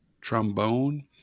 trombone